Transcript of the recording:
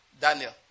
Daniel